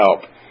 help